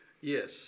Yes